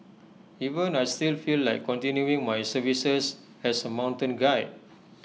even I still feel like continuing my services as A mountain guide